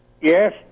Yes